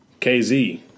KZ